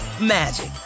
magic